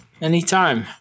Anytime